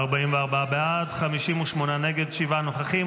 44 בעד, 58 נגד, שבעה נוכחים.